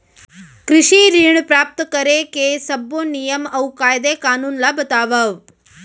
कृषि ऋण प्राप्त करेके सब्बो नियम अऊ कायदे कानून ला बतावव?